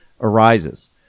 arises